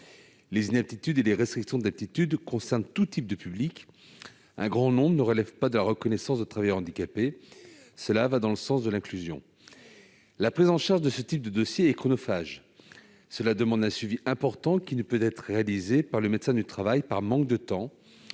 et sociale. Avec les restrictions d'aptitude, elles concernent tous types de public, dont un grand nombre ne sont pas reconnus comme travailleurs handicapés. Cela va dans le sens de l'inclusion. La prise en charge de ce type de dossier est chronophage : ces situations demandent un suivi important qui ne peut être réalisé par le médecin du travail, par manque de temps,